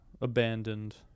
Abandoned